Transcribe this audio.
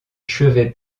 chevet